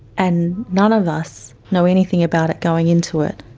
and none of us know anything about it going into it.